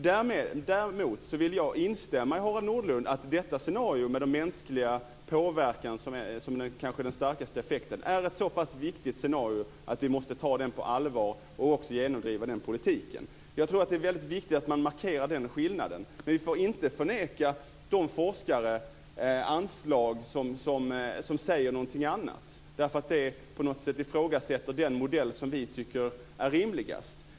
Däremot vill jag instämma med Harald Nordlund i att scenariot med mänsklig påverkan som den kanske starkaste effekten är så pass viktigt att vi måste ta det på allvar och även genomdriva en politik i enlighet därmed. Jag tror att det är väldigt viktigt att markera den skillnaden. Vi får inte neka anslag till forskare som säger något som ifrågasätter den modell som vi tycker är rimligast.